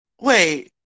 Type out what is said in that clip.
Wait